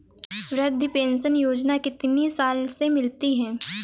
वृद्धा पेंशन योजना कितनी साल से मिलती है?